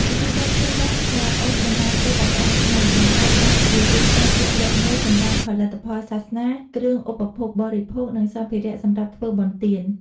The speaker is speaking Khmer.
ពិធីបុណ្យភ្ជុំបិណ្ឌដែលអូសបន្លាយពេល ១៥ ថ្ងៃ បង្កើតបានជាទីផ្សារជាក់លាក់មួយសម្រាប់ផលិតផលសាសនា គ្រឿងឧបភោគបរិភោគ និងសម្ភារៈសម្រាប់ធ្វើបុណ្យទាន។